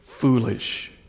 foolish